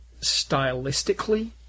stylistically